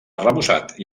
arrebossat